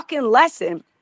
lesson